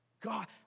God